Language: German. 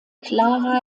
klara